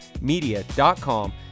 media.com